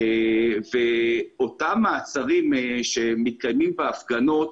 אותם מעצרים שמתקיימים בהפגנות,